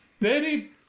Betty